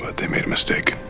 they made a mistake.